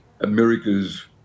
america's